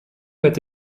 est